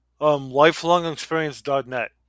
LifelongExperience.net